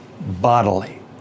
bodily